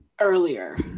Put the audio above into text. earlier